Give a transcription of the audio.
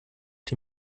die